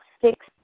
six